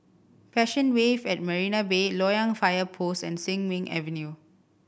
Passion Wave at Marina Bay Loyang Fire Post and Sin Ming Avenue